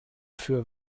für